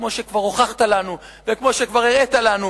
כמו שכבר הוכחת לנו וכמו שכבר הראית לנו,